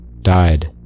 died